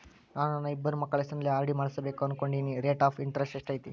ನಾನು ನನ್ನ ಇಬ್ಬರು ಮಕ್ಕಳ ಹೆಸರಲ್ಲಿ ಆರ್.ಡಿ ಮಾಡಿಸಬೇಕು ಅನುಕೊಂಡಿನಿ ರೇಟ್ ಆಫ್ ಇಂಟರೆಸ್ಟ್ ಎಷ್ಟೈತಿ?